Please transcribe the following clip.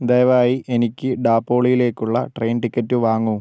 ദയവായി എനിക്ക് ഡാപോളിയിലേക്കുള്ള ട്രെയിൻ ടിക്കറ്റ് വാങ്ങൂ